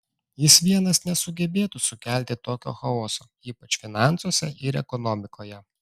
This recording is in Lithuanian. jis vienas nesugebėtų sukelti tokio chaoso ypač finansuose ir ekonomikoje